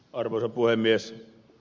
arvoisa puhemies